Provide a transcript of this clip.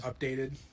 updated